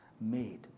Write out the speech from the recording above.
made